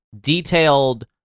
detailed